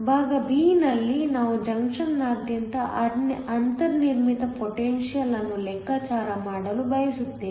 ಭಾಗ b ನಲ್ಲಿ ನಾವು ಜಂಕ್ಷನ್ನಾದ್ಯಂತ ಅಂತರ್ನಿರ್ಮಿತ ಪೊಟೆನ್ಶಿಯಲ್ ಅನ್ನು ಲೆಕ್ಕಾಚಾರ ಮಾಡಲು ಬಯಸುತ್ತೇವೆ